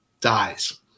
dies